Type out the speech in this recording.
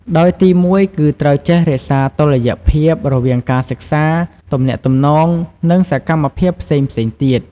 ដោយទីមួយគឺ ត្រូវចេះ រក្សាតុល្យភាព រវាងការសិក្សា ទំនាក់ទំនង និងសកម្មភាពផ្សេងៗទៀត។